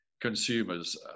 Consumers